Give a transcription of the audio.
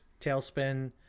Tailspin